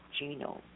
genome